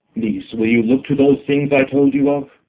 niece, will you look to those things i told you of?